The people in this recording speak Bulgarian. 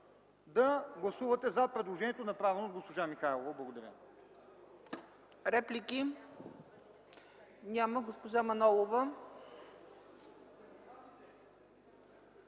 да гласувате за предложението, направено от госпожа Михайлова. Благодаря.